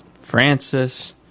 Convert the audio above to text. Francis